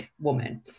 woman